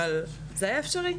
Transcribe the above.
אבל זה היה אפשרי.